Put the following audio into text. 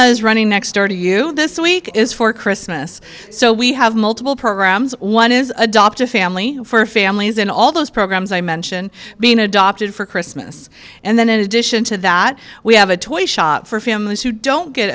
is running next door to you this week is for christmas so we have multiple programs one is adopt a family for families and all those programs i mention being adopted for christmas and then in addition to that we have a toy shop for families who don't get